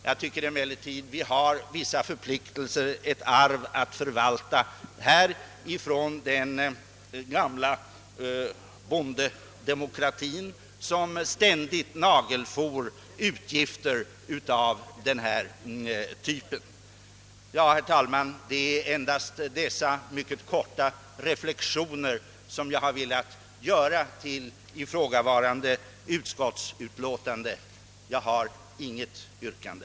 Jag tycker emellertid att vi här har vissa förplik telser, ett arv att förvalta från den gamla bondedemokratien, som ständigt nagelfor utgifter av denna typ. Herr talman! Det är endast dessa mycket korta reflexioner som jag har velat göra till ifrågavarande utskottsutlåtande. Jag har intet yrkande.